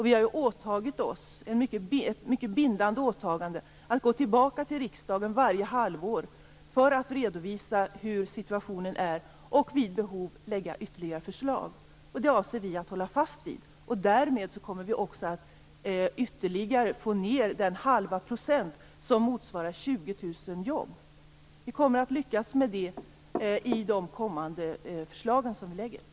Vi har ett mycket bindande åtagande att gå tillbaka till riksdagen varje halvår för att redovisa hur situationen är och vid behov lägga fram ytterligare förslag. Det avser vi att hålla fast vid. Därmed kommer vi också att ytterligare få ned den halva procent som motsvarar 20 000 jobb. Vi kommer att lyckas med det i de kommande förslag som vi lägger fram.